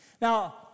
Now